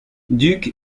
duc